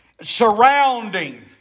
surrounding